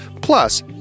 Plus